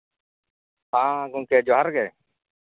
ᱦᱮᱸ ᱜᱚᱢᱠᱮ ᱡᱚᱦᱟᱨ ᱜᱮ